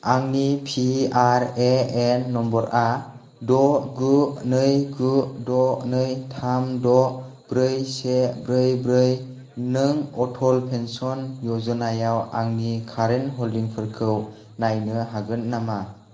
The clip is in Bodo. आंनि पि आर ए एन नम्बरआ द' गु नै गु द' नै थाम द' ब्रै से ब्रै ब्रै नों अटल पेन्सन य'जनायाव आंनि कारेन्ट हल्डिंफोरखौ नायनो हागोन नामा